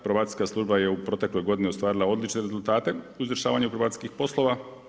Probacijska služba je u protekloj godini ostvarila odlične rezultate u izvršavanju probacijskih poslova.